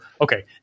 okay